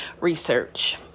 research